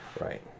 Right